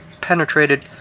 Penetrated